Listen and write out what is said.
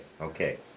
okay